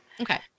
Okay